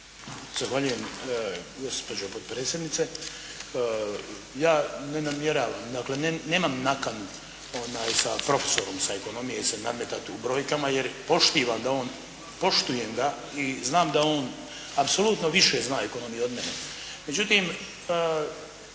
Zahvaljujem gospođo potpredsjednice. Ja ne namjeravam dakle, nema nakanu sa profesorom sa ekonomije se nametati u brojkama jer poštivam da, poštujem da i znam da on apsolutno više zna o ekonomiji od mene.